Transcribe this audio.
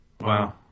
Wow